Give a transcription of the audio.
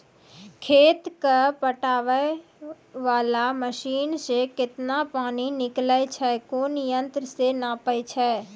खेत कऽ पटाय वाला मसीन से केतना पानी निकलैय छै कोन यंत्र से नपाय छै